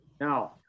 Now